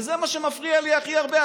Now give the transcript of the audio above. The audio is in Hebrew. וזה מה שמפריע לי הכי הרבה.